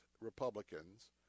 Republicans